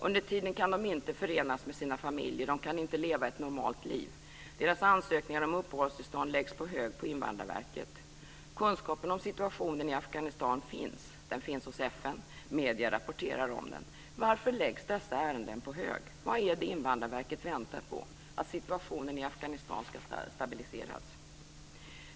Under tiden kan de inte förenas med sina familjer. De kan inte leva ett normalt liv. Deras ansökningar om uppehållstillstånd läggs på hög på Invandrarverket. Kunskapen om situationen i Afghanistan finns. Den finns hos FN, och medier rapporterar om den. Varför läggs dessa ärenden på hög? Vad är det Invandrarverket väntar på? Är det att situationen i Afghanistan ska stabiliseras?